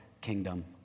kingdom